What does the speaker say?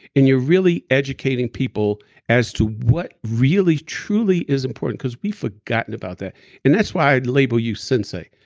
and you're really educating people as to what really, truly is important because we've forgotten about that and that's why i label you sensei,